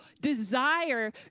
desire